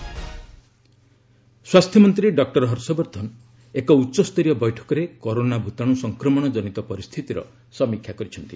health corona ସ୍ୱାସ୍ଥ୍ୟ ମନ୍ତ୍ରୀ ଡକୁର ହର୍ଷବର୍ଦ୍ଧନ ଏକ ଉଚ୍ଚସ୍ତରୀୟ ବୈଠକରେ କରୋନା ଭୂତାଣୁ ସଂକ୍ରମଣ ଜନିତ ପରିସ୍ଥିତିର ସମୀକ୍ଷା କରିଛନ୍ତି